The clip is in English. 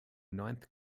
ninth